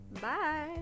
Bye